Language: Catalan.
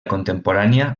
contemporània